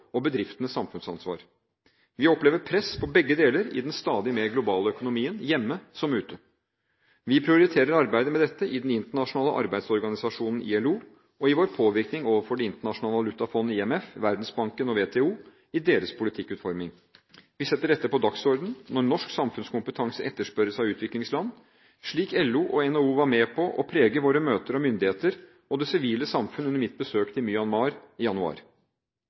og bedriftenes samfunnsansvar. Vi opplever press på begge deler i den stadig mer globale økonomien – hjemme som ute. Vi prioriterer arbeidet med dette i Den internasjonale arbeidsorganisasjonen, ILO, og i vår påvirkning overfor Det internasjonale valutafondet, IMF, Verdensbanken og WTO i deres politikkutforming. Vi setter dette på dagsordenen når norsk samfunnskompetanse etterspørres av utviklingsland, slik LO og NHO var med på å prege våre møter med myndigheter og det sivile samfunn under mitt besøk i Myanmar i januar.